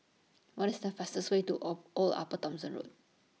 What IS The fastest Way to Old Upper Thomson Road